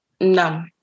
no